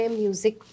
music